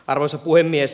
arvoisa puhemies